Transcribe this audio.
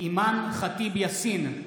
אימאן ח'טיב יאסין,